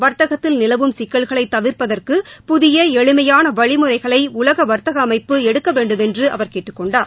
வா்த்தகத்தில் நிலவும் சிக்கல்களை தவிா்ப்பதற்கு புதிய எளிமையான வழிமுறைகளை உலக வா்த்தக அமைப்பு எடுக்க வேண்டுமென்று அவர் கேட்டுக் கொண்டார்